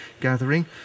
gathering